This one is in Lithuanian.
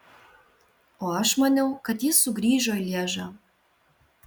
o aš maniau kad jis sugrįžo į lježą